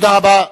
תודה רבה.